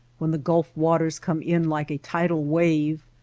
when the gulf waters come in like a tidal wave,